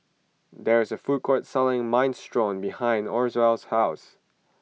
there is a food court selling Minestrone behind Orvel's house